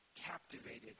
captivated